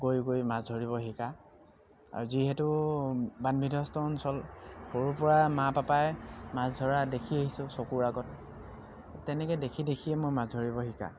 গৈ গৈ মাছ ধৰিব শিকা আৰু যিহেতু বান বিধ্বস্ত অঞ্চল সৰুৰপৰাই মা পাপাই মাছ ধৰা দেখি আহিছোঁ চকুৰ আগত তেনেকৈ দেখি দেখিয়ে মই মাছ ধৰিব শিকা